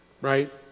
right